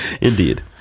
indeed